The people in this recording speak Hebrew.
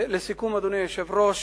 לסיכום, אדוני היושב-ראש,